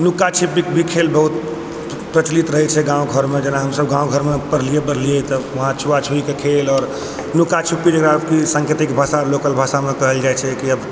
लुकाछिपी भी खेल बहुत प्रचलित रहै छै गाँव घरमे जेना हमसब गाँव घरमे पललियै बढ़लियै तब छुआछुइके खेल आओर लुकाछुपी जेकरा साङ्केतिक भाषा लोकल भाषामे कहल जाइ छै कि अब